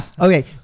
Okay